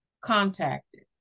contacted